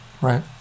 right